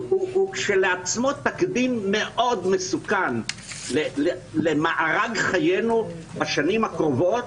הוא כשלעצמו תקדים מאוד מסוכן למארג חיינו בשנים הקרובות,